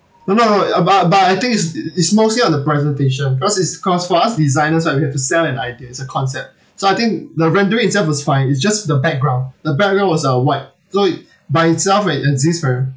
no no uh but but I think is i~ is mostly on the presentation cause it's cause for us designers right we have to sell an idea it's a concept so I think the rendering itself is fine it's just the background the background was uh white so it by itself right it's different